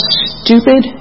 stupid